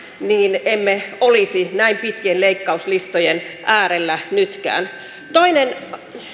niin emme olisi näin pitkien leikkauslistojen äärellä nytkään toinen